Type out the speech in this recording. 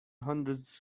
hundreds